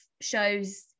shows